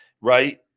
right